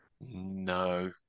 No